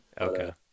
okay